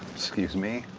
excuse me.